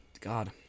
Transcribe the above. God